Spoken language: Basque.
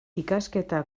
ikasketa